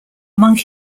among